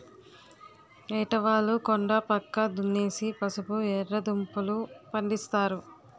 ఏటవాలు కొండా పక్క దున్నేసి పసుపు, ఎర్రదుంపలూ, పండిస్తారు